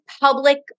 public